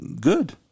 good